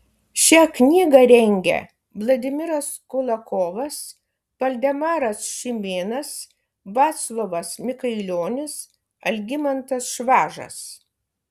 šią knygą rengia vladimiras kulakovas valdemaras šimėnas vaclovas mikailionis algimantas švažas